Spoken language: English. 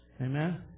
Amen